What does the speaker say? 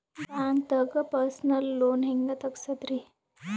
ಬ್ಯಾಂಕ್ದಾಗ personal loan ಹೆಂಗ್ ತಗ್ಸದ್ರಿ?